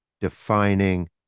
defining